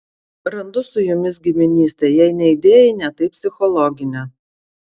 randu su jumis giminystę jei ne idėjinę tai psichologinę